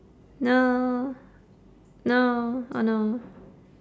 no no oh no